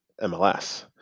MLS